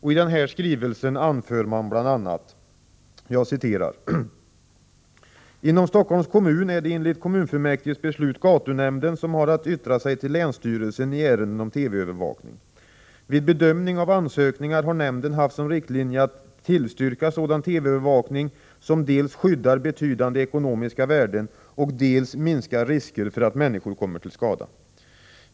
I denna skrivelse anför man bl.a.: ”Inom Stockholms kommun är det enligt kommunfullmäktiges beslut gatunämnden som har att yttra sig till länsstyrelsen i ärenden om TV övervakning. Vid bedömning av ansökningar har nämnden haft som riktlinje att tillstyrka sådan TV-övervakning som dels skyddar betydande ekonomiska värden och dels minskar risker för att människor kommer till skada.